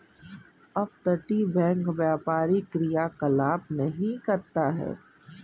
अपतटीय बैंक व्यापारी क्रियाकलाप नहीं करता है